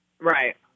Right